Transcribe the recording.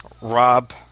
Rob